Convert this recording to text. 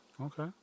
Okay